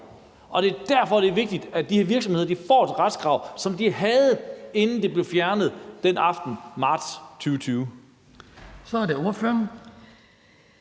og det er derfor, det er vigtigt, at de her virksomheder får et retskrav, som de havde, inden det blev fjernet den aften i marts 2020. Kl. 19:48 Den